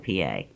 PA